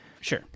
Sure